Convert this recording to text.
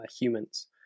humans